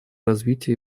развития